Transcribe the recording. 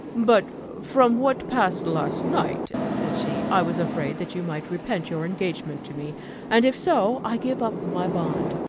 but from what passed last night, said she, i was afraid that you might repent your engagement to me and if so, i give up my bond.